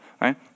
right